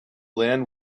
land